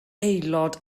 aelod